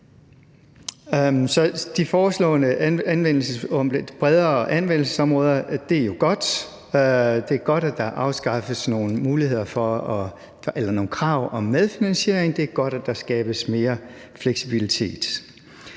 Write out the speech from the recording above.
Så forslaget om bredere anvendelsesområder er godt, det er godt, at der afskaffes nogle krav om medfinansiering, det er godt, at der skabes mere fleksibilitet.